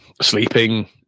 sleeping